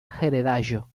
heredaĵo